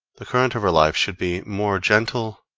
the current of her life should be more gentle,